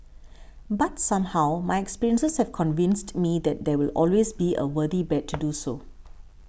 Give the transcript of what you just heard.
but somehow my experiences have convinced me that it will always be a worthy bet to do so